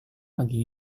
pagi